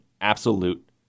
absolute